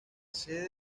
sede